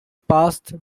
passed